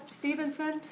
stevenson,